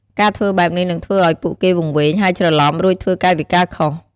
ការធ្វើបែបនេះនឹងធ្វើឱ្យពួកគេវង្វេង ហើយច្រឡំុ រួចធ្វើកាយវិការខុស។